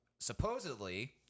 Supposedly